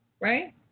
Right